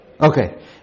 Okay